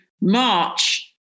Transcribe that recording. March